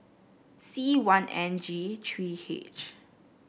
C one N G three H